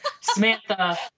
Samantha